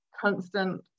constant